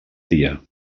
dia